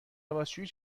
لباسشویی